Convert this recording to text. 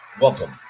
welcome